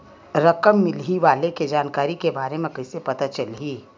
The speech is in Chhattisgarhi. रकम मिलही वाले के जानकारी के बारे मा कइसे पता चलही?